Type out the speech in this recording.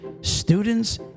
students